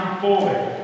forward